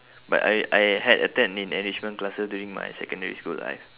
but I I had attend in enrichment classes during my secondary school life